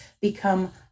become